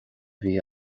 bhí